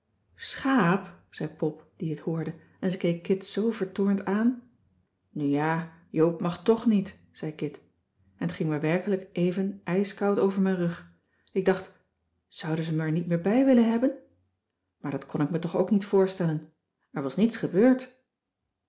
schaàp zei pop die het hoorde en ze keek kit zoo vertoornd aan nu ja joop mag tch niet zei kit en t ging me werkelijk even ijskoud over mijn rug ik dacht zouden ze mij er niet meer bij willen hebben maar dat kon ik me toch ook niet voorstellen er was niets gebeurd